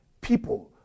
people